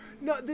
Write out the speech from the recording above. no